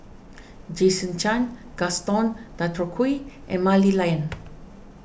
Jason Chan Gaston Dutronquoy and Mah Li Lian